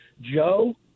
Joe